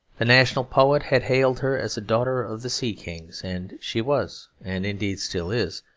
the national poet had hailed her as a daughter of the sea-kings and she was, and indeed still is,